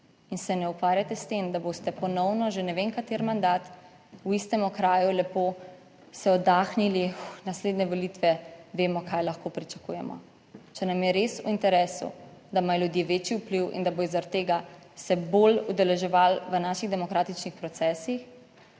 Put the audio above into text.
in se ne ukvarjate s tem, da boste ponovno že ne vem kateri mandat v istem okraju lepo se oddahnili naslednje volitve Vemo, kaj lahko pričakujemo, Če nam je res v interesu, da imajo ljudje večji vpliv in da bodo, zaradi tega se bolj udeleževali v naših demokratičnih procesih.